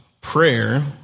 prayer